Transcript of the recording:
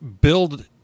build